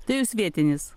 tai jūs vietinis